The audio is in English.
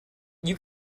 you